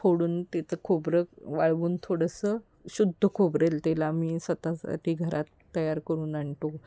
फोडून तेचं खोबरं वाळवून थोडंसं शुद्ध खोबरेल तेल आम्ही स्वत साठी घरात तयार करून आणतो